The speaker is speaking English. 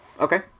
Okay